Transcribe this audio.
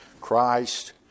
Christ